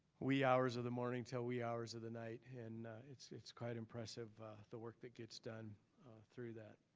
wee hours of the morning till wee hours of the night and it's it's quite impressive the work that gets done through that.